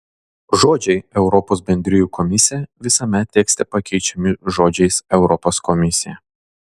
žodžiai europos bendrijų komisija visame tekste pakeičiami žodžiais europos komisija